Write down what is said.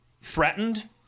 threatened